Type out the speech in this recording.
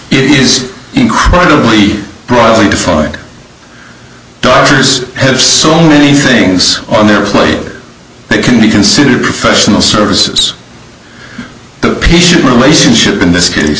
pieces is incredibly broadly defined doctors have so many things on their plate they can be considered professional services the patient relationship in this case